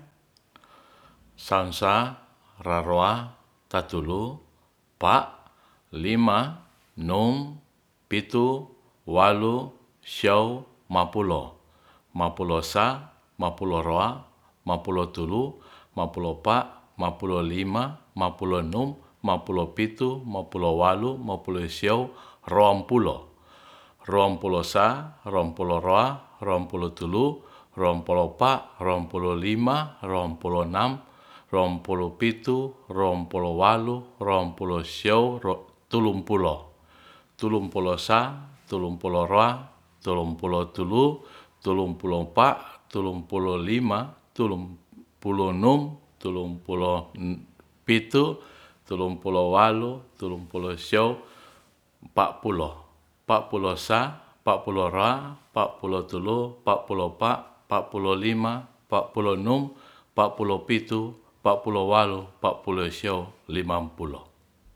Sasa raroa tatulu pa lima num pitu walu sio mapulo mapulo esa, mapulo roa mapilo tulu mapulo pa mapulo lima mapulo num mapulo mapulo pitu mapulo walu mapulo sio rompulo, rompule esa rompulo roa rompulo telu roampulo empa rompulo lima rompulo telu rempulo pa rempuo lima rompulo lima rompulo nem rompulo pitu rompulo walu rompulo sio tulung pulo tulumpulo esa tulumpulo ra tulumpulo telu tulumpulo pa tulumpulo lima tulumpulo num tulumpulo pitu tulumpulo walu tulumpulo sio papulo, papulo esa papulo ra papulo telu papulo pa papulo lima papilo lima papulo num papulo pitu papulo walu papulo sio lima pulo